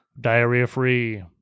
diarrhea-free